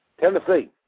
Tennessee